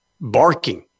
barking